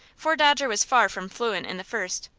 for dodger was far from fluent in the first,